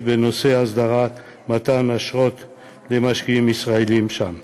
בנושא הסדרת מתן אשרות למשקיעים ישראלים שם.